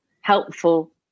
helpful